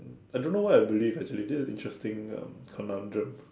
I don't know what I believe actually this is interesting um conundrum